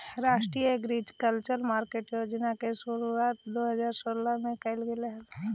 राष्ट्रीय agriculture market योजना के शुरुआत दो हज़ार सोलह में कैल गेलइ